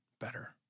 better